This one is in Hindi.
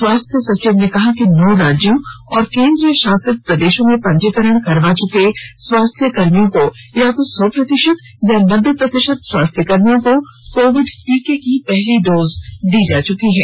स्वास्थ्य सचिव ने कहा कि नौ राज्यों और केन्द्र शासित प्रदेशों में पंजीकरण करवा चुके स्वाथ्यकर्मियों को या तो सौ प्रतिशत या नब्बे प्रतिशत स्वास्थ्यकर्मियों को कोविड टीके की पहली डोज दी जा चुकी है